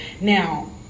Now